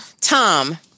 Tom